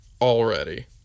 already